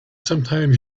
sometimes